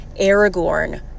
Aragorn